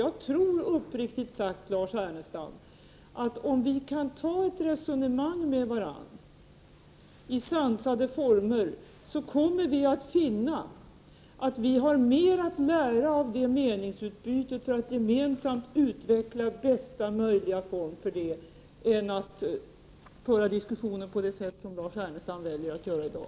Jag tror uppriktigt sagt, Lars Ernestam, att om vi kan föra ett resonemang med varandra i sansade former så kommer vi att finna att vi har mer att lära av det meningsutbytet när det gäller att gemensamt utveckla bästa möjliga form för detta, än av att föra diskussioner på det sätt som Lars Ernestam väljer att göra i dag.